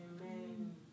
Amen